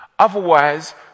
Otherwise